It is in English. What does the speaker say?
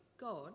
God